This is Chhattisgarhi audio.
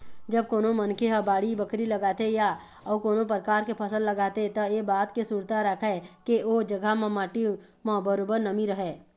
जब कोनो मनखे ह बाड़ी बखरी लगाथे या अउ कोनो परकार के फसल लगाथे त ऐ बात के सुरता राखय के ओ जघा म माटी म बरोबर नमी रहय